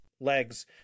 legs